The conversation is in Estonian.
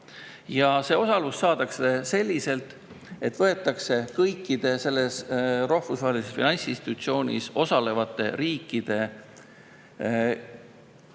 See osalus saadakse selliselt, et võetakse kõikide selles rahvusvahelises finantsinstitutsioonis osalevate riikide SKP